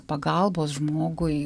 pagalbos žmogui